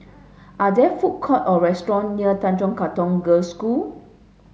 are there food court or restaurant near Tanjong Katong Girls' School